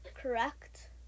Correct